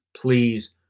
Please